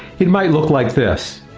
it might look like this,